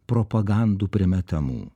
propagandų primetamų